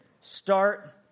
Start